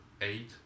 Eight